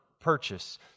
purchase